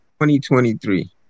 2023